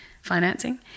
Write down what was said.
financing